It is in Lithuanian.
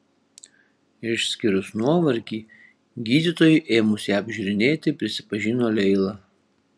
išskyrus nuovargį gydytojui ėmus ją apžiūrinėti prisipažino leila